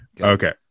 Okay